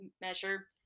measure